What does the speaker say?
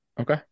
Okay